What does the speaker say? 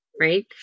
Right